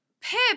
Pip